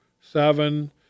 seven